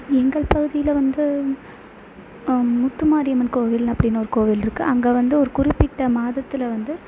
எங்கள் பகுதியில் வந்து முத்துமாரி அம்மன் கோவிலுனு அப்படின்னு ஒரு கோவில் இருக்குது அங்கே வந்து ஒரு குறிப்பிட்ட மாதத்தில் வந்து